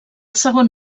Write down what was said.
segon